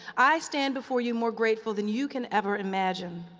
i stand before you more grateful than you can ever imagine.